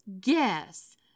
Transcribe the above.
guess